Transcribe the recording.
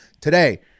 today